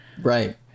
Right